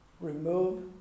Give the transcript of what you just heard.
Remove